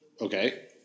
Okay